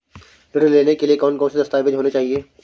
ऋण लेने के लिए कौन कौन से दस्तावेज होने चाहिए?